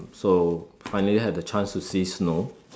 so finally had the chance to see snow